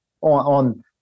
on